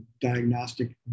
diagnostic